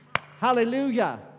hallelujah